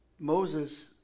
Moses